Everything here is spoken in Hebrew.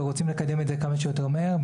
ורוצים לקדם את זה כמה שיותר מהר,